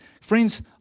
Friends